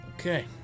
Okay